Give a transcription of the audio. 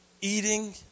eating